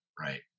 Right